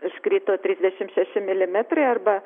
iškrito trisdešimt šeši mililitrai arba